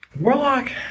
Warlock